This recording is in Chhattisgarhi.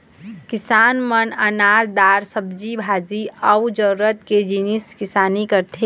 किसान मन अनाज, दार, सब्जी भाजी अउ जरूरत के जिनिस के किसानी करथे